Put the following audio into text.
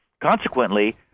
Consequently